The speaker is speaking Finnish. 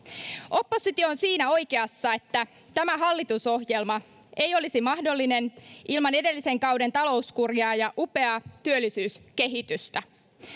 oppositio on siinä oikeassa että tämä hallitusohjelma ei olisi mahdollinen ilman edellisen kauden talouskuria ja upeaa työllisyyskehitystä